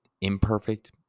imperfect